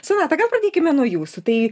sonata gal pradėkime nuo jūsų tai